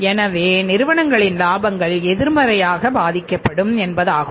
எனவே நிறுவனங்களின் இலாபங்கள் எதிர்மறையாக பாதிக்கப்படும் என்பதாகும்